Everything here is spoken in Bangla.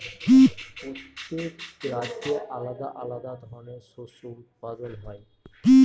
প্রত্যেক রাজ্যে আলাদা আলাদা ধরনের শস্য উৎপাদন হয়